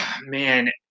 Man